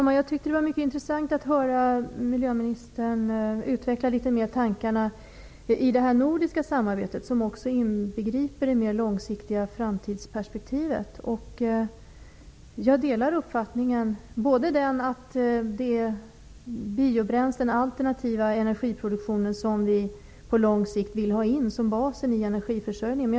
Herr talman! Det var mycket intressant att höra miljöministern utveckla tankarna i det nordiska samarbetet. Det inbegriper också det mer långsiktiga framtidsperspektivet. Jag delar uppfattningen att det är biobränslen, den alternativa energiproduktionen, som vi på lång sikt vill ha in som bas i energiförsörjningen.